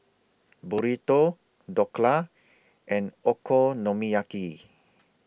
Burrito Dhokla and Okonomiyaki